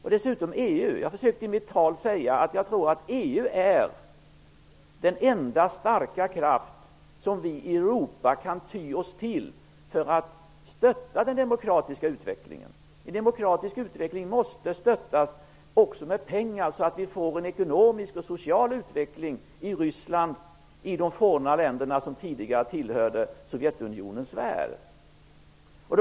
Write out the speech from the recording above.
I mitt tal försökte jag säga att jag tror att EU är den enda starka kraft som vi i Europa kan ty oss till för att stötta den demokratiska utvecklingen. En demokratisk utveckling måste stöttas även med pengar så att vi får en ekonomisk och social utveckling i Ryssland och i de länder som tillhörde Sovjetunionens forna sfär.